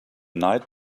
night